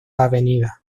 avenidas